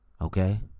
okay